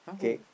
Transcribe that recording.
!huh! who